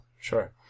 Sure